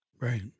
Right